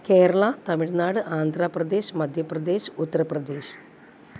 Kerala Tamil Nadu Andhra Pradesh Madhya Pradesh Uttar Pradesh